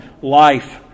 life